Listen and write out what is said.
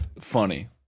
funny